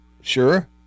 sure